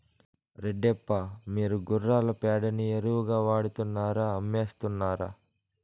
రెడ్డప్ప, మీరు గుర్రాల పేడని ఎరువుగా వాడుతున్నారా అమ్మేస్తున్నారా